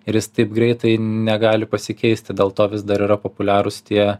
ir jis taip greitai negali pasikeisti dėl to vis dar yra populiarūs tie